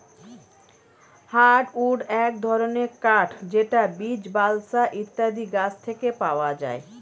hardwood এক ধরনের কাঠ যেটা বীচ, বালসা ইত্যাদি গাছ থেকে পাওয়া যায়